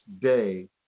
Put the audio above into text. day